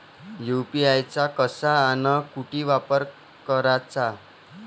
UPI चा कसा अन कुटी वापर कराचा?